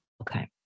Okay